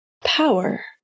Power